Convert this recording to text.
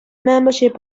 membership